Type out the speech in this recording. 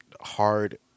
hard